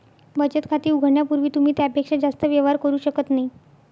बचत खाते उघडण्यापूर्वी तुम्ही त्यापेक्षा जास्त व्यवहार करू शकत नाही